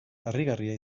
harrigarria